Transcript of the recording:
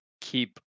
keep